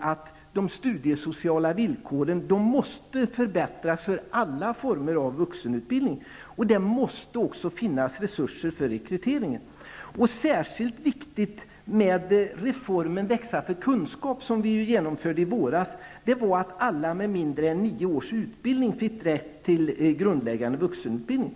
att de studiesociala villkoren måste förbättras för alla former av vuxenutbildning. Det måste också finnas resurser för rekrytering. Särskilt viktigt med reformen ''Växa för kunskap'', som vi genomförde i våras, var att alla med mindre än nio års utbildning fick rätt till grundläggande vuxenutbildning.